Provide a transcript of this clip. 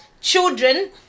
children